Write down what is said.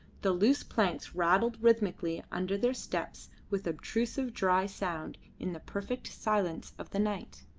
the loose planks rattled rhythmically under their steps with obstrusive dry sound in the perfect silence of the night.